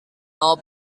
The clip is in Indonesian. mau